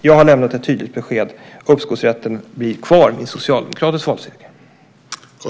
Jag har lämnat ett tydligt besked: Uppskovsrätten blir kvar vid en socialdemokratisk valseger.